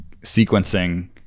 sequencing